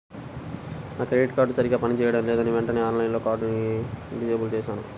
నా credit card సరిగ్గా పని చేయడం లేదని వెంటనే ఆన్లైన్లో కార్డుని డిజేబుల్ చేశాను